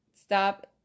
stop